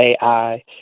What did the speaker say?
AI